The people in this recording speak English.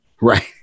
Right